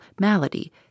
malady